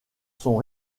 sont